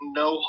no